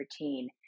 routine